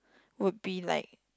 would be like